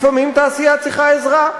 לפעמים תעשייה צריכה עזרה,